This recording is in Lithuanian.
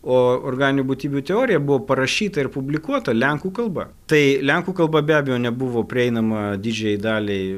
o organinių būtybių teorija buvo parašyta ir publikuota lenkų kalba tai lenkų kalba be abejo nebuvo prieinama didžiajai daliai